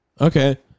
Okay